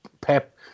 Pep